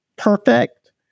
perfect